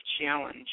challenge